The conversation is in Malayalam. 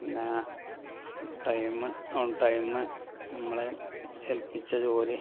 പിന്നെ ടൈം ഓൺ ടൈം നമ്മൾ ഏൽപ്പിച്ച ജോലി